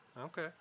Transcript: okay